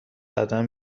قدم